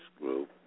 group